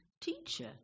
Teacher